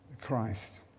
Christ